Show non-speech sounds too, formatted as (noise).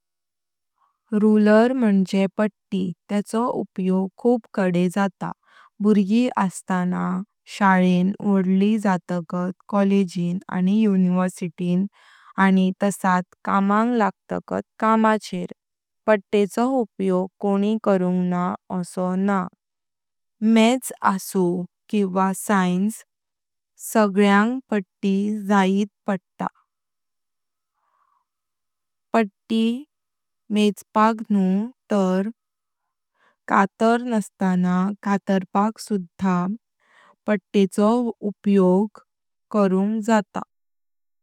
रूलर मुणय पाट्टी तेंचो उपयोग खूप कडे जाता भुर्गी अस्ताना शाळें, वोडली जातकात कॉलेजन आनी युनिवर्सिटीं आनी तसत कामग लागतकाल कामा चेर पत्तेचो उपयोग कोणि करुंग ण्हा असु ण्हा। मॅथ्स आसु किवा सायन्स सगळ्यान पाट्टी (hesitation) जायीत पडता फकय मेजपाक (hesitation) ण्हु तर कातर नसताना कर्तर्पाक सुधा पत्तेचो उपयोग जाता।